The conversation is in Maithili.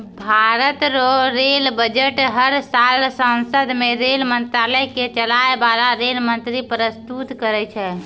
भारत रो रेल बजट हर साल सांसद मे रेल मंत्रालय के चलाय बाला रेल मंत्री परस्तुत करै छै